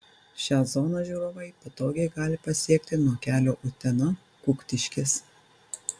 šią zoną žiūrovai patogiai gali pasiekti nuo kelio utena kuktiškės